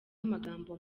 amagambo